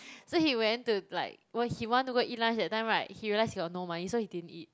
so he went to like when he want to go eat lunch that time right he realised he got no money so he didn't eat